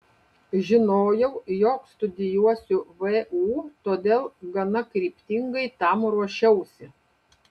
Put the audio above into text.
žinojau jog studijuosiu vu todėl gana kryptingai tam ruošiausi